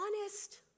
honest